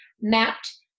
mapped